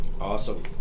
Awesome